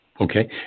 Okay